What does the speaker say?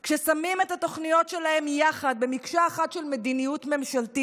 כששמים את התוכניות שלהם יחד במקשה אחת של מדיניות ממשלתית,